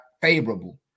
favorable